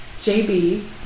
JB